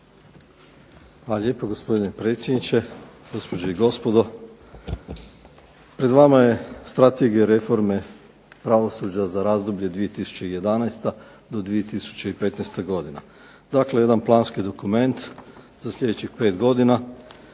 Hvala lijepo gospodine predsjedniče, gospođe i gospodo. Pred vama je Strategija reforme pravosuđa za razdoblje 2011. do 2015. godina. Dakle, jedan planski dokument za sljedećih pet godina